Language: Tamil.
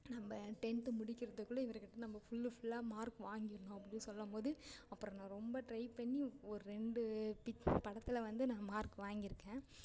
நம்ப டென்த் முடிக்கிறதுக்குள்ள இவர்கிட்ட நம்ப ஃபுல்லு ஃபுல்லாக மார்க் வாங்கிடணும் அப்படி சொல்லும்போது அப்புறம் நான் ரொம்ப ட்ரை பண்ணி ஒரு ரெண்டு பிக் படத்தில் வந்து நான் மார்க் வாங்கியிருக்கேன்